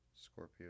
Scorpio